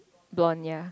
blonde ya